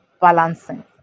balancing